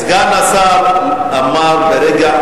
סגן השר אמר לך,